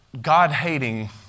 God-hating